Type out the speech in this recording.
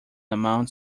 amounts